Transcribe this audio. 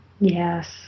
Yes